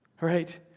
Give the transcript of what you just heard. right